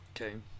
Okay